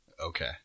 Okay